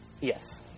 yes